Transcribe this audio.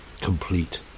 complete